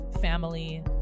family